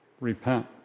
Repent